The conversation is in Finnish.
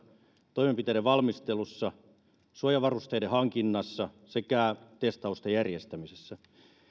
toimenpiteiden valmistelussa suojavarusteiden hankinnassa sekä testausten järjestämisessä